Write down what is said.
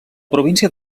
província